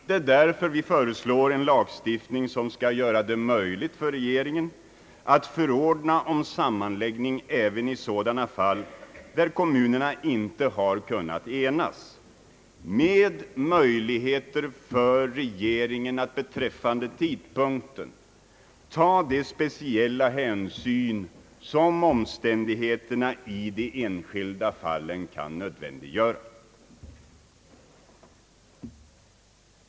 Det är därför vi föreslår en lagändring som gör det möjligt för regeringen att förordna om sammanläggning även i sådana fall, där kommunerna inte har kunnat enas, med möjligheter för regeringen att beträffande tidpunkten ta de speciella hänsyn som omständigheterna i det enskilda fallet kan nödvändiggöra.